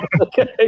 okay